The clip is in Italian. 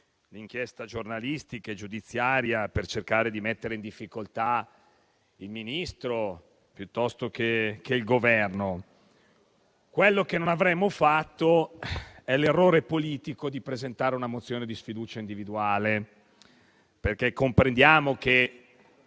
l'inchiesta giornalistica e giudiziaria per cercare di mettere in difficoltà un Ministro piuttosto che il Governo. Quello che non avremmo fatto è l'errore politico di presentare una mozione di sfiducia individuale. Comprendiamo che